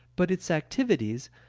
but its activities,